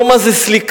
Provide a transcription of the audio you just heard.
לא מה זה "סליקה",